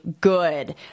good